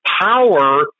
power